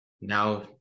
now